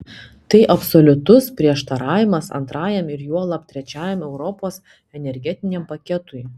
tai absoliutus prieštaravimas antrajam ir juolab trečiajam europos energetiniam paketui